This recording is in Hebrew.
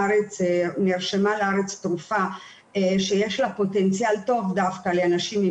נרשמה בארץ תרופה שיש לה פוטנציאל טוב דווקא לאנשים עם